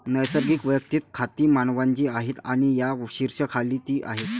नैसर्गिक वैयक्तिक खाती मानवांची आहेत आणि या शीर्षकाखाली ती आहेत